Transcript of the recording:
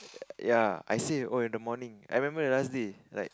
ya I say oh in the morning I remember the last day like